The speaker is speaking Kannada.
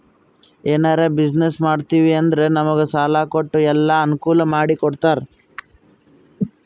ಎನಾರೇ ಬಿಸಿನ್ನೆಸ್ ಮಾಡ್ತಿವಿ ಅಂದುರ್ ನಮುಗ್ ಸಾಲಾ ಕೊಟ್ಟು ಎಲ್ಲಾ ಅನ್ಕೂಲ್ ಮಾಡಿ ಕೊಡ್ತಾರ್